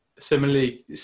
Similarly